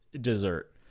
dessert